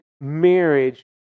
marriage